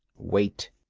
wait.